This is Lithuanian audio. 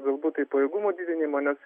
galbūt tai pajėgumų didinimą nes